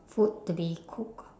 food to be cook